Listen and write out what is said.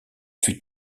fut